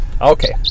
Okay